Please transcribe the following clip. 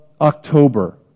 October